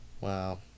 Wow